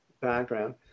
background